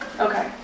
Okay